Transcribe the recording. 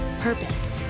purpose